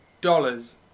dollars